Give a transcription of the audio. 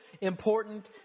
important